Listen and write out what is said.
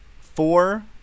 four